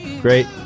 great